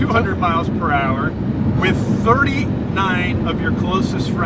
hundred miles per hour with thirty nine of your closest